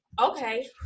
okay